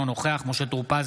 אינו נוכח משה טור פז,